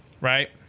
Right